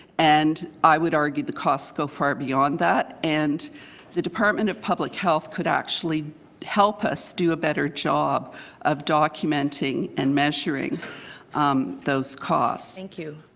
and i would argue the costs go far beyond that. and the department of public health could actually help us do a better job of documenting and measuring those costs. thank you.